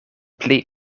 pli